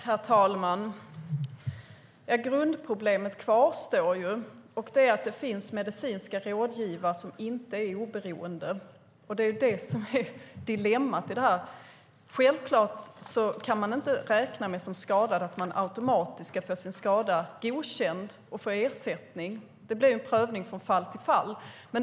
Herr talman! Grundproblemet kvarstår: Det finns medicinska rådgivare som inte är oberoende. Det är det som är dilemmat. Självklart kan man som skadad inte räkna med att man automatiskt ska få sin skada godkänd och få ersättning. Det blir en prövning från fall till fall.